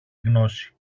γνώση